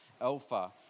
Alpha